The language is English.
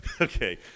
Okay